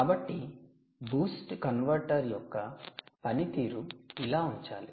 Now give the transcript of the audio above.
కాబట్టి 'boost converter' యొక్క పని తీరు ఇలా ఉంచాలి